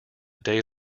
day